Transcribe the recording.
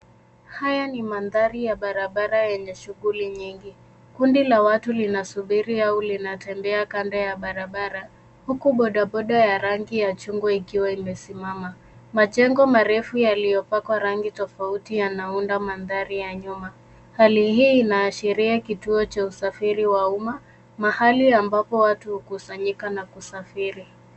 Haya ni mandhari ya barabara yenye shughuli nyingi. Kundi la watu linasubiri au linatembea kando ya barabara huku bodaboda ya rangi ya chungwa ikiwa imesimama. Majengo marefu yaliyopakwa rangi tofauti yanaunda mandhari ya nyuma. Hali hii inaashiria kituo cha usafiri wa umma mahali ambapo watu hukusanyika na kusafiri.